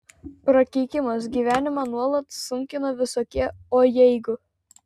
prakeikimas gyvenimą nuolat sunkina visokie o jeigu